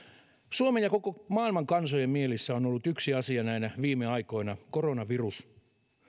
suomen ja koko maailman kansojen mielissä on ollut yksi asia näinä viime aikoina koronavirus